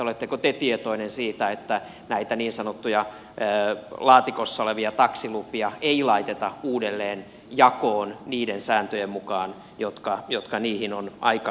oletteko te tietoinen siitä että näitä niin sanottuja laatikossa olevia taksilupia ei laiteta uudelleen jakoon niiden sääntöjen mukaan jotka niihin on aikanaan luotu